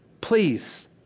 please